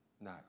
no